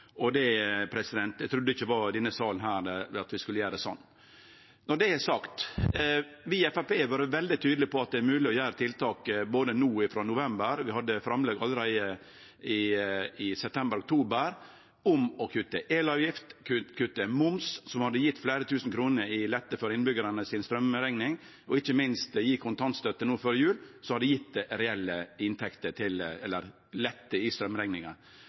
trudde ikkje at denne salen ville at vi skulle gjere det sånn. Når det er sagt: Vi i Framstegspartiet har vore veldig tydelege på at det er mogleg å gjere tiltak, både no og frå november. Vi hadde framlegg allereie i september–oktober om å kutte elavgift, kutte moms, som hadde gjeve fleire tusen kronar i lette for innbyggjarane si straumrekning, og ikkje minst gje kontantstøtte no før jul, som hadde gjeve reell lette av straumrekninga. Det